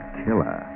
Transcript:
killer